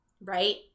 right